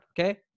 Okay